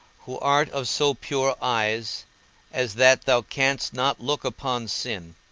who art of so pure eyes as that thou canst not look upon sin,